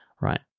Right